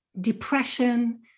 depression